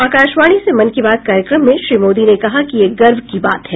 आकाशवाणी से मन की बात कार्यक्रम में श्री मोदी ने कहा कि यह गर्व की बात है